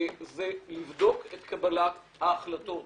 היא לבדוק את קבלת ההחלטות,